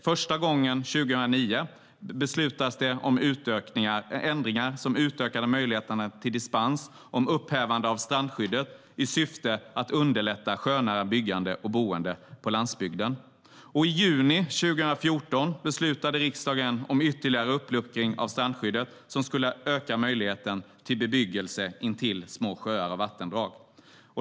Första gången var 2009, då det beslutades om ändringar som utökade möjligheterna till dispens och upphävande av strandskyddet i syfte att underlätta sjönära byggande och boende på landsbygden. I juni 2014 beslutade riksdagen om ytterligare uppluckring av strandskyddet som skulle öka möjligheten till bebyggelse intill små sjöar och vattendrag.